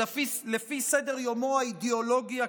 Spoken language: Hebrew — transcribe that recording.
אלא לפי סדר-יומו האידיאולוגי הקיצוני.